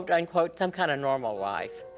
but unquote, some kind of normal life,